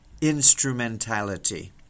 instrumentality